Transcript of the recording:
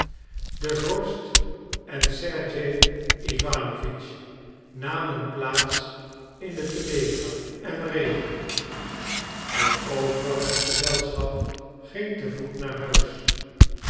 de vorst en sergej iwanowitsch namen plaats in de telega en reden het overige gezelschap ging te voet naar huis